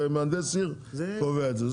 זה מהנדס עיר קובע את זה.